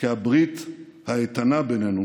ולא הרס אותם, כי הברית האיתנה בינינו